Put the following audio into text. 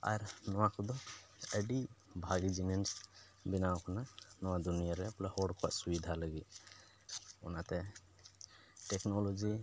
ᱟᱨ ᱱᱚᱣᱟ ᱠᱚᱫᱚ ᱟᱹᱰᱤ ᱵᱷᱟᱹᱜᱤ ᱡᱤᱱᱤᱥ ᱵᱮᱱᱟᱣ ᱠᱟᱱᱟ ᱱᱚᱣᱟ ᱫᱩᱱᱤᱭᱟᱹ ᱨᱮ ᱵᱚᱞᱮ ᱦᱚᱲ ᱠᱚᱣᱟᱜ ᱥᱩᱵᱤᱫᱟ ᱞᱟᱹᱜᱤᱫ ᱚᱱᱟᱛᱮ ᱴᱮᱠᱱᱳᱞᱚᱡᱤ